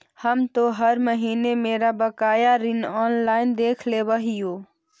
हम तो हर महीने मेरा बकाया ऋण ऑनलाइन देख लेव हियो